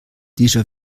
déjà